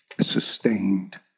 sustained